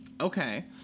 Okay